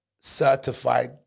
certified